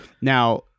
Now